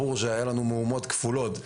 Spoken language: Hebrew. ברור שהיה לנו מהומות כפולות.